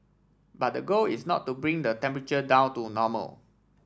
but the goal is not to bring the temperature down to normal